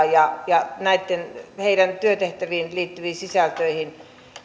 ja heidän ongelmiaan ja heidän työtehtäviinsä liittyviä sisältöjä